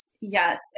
yes